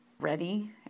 ready